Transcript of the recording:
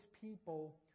people